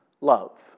love